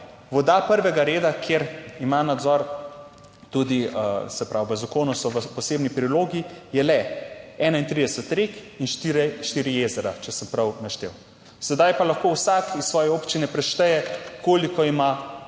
voda prvega reda, kjer ima nadzor tudi, se pravi v zakonu, so v posebni prilogi, je le 31 rek in štiri jezera, če sem prav naštel. Sedaj pa lahko vsak iz svoje občine prešteje koliko ima